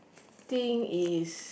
think is